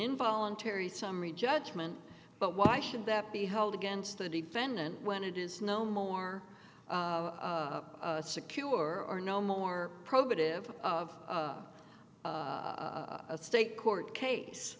involuntary summary judgment but why should that be held against the defendant when it is no more secure or no more probative of a state court case